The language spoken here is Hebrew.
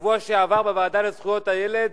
בשבוע שעבר, בוועדה לזכויות הילד,